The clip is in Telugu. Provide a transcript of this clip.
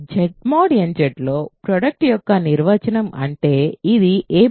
Z mod n Zలో ప్రోడక్ట్ యొక్క నిర్వచనం అంటే ఇది a